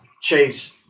chase